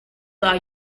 are